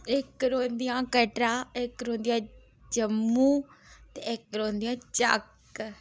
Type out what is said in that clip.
इक रौंह्दियां कटरा इक रौंह्दियां जम्मू ते इक रौंह्दियां चक